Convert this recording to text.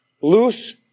loose